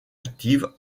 active